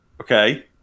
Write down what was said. Okay